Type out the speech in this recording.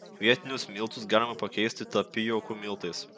kvietinius miltus galima pakeisti tapijokų miltais